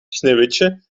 sneeuwwitje